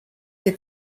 que